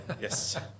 yes